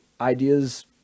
ideas